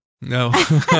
No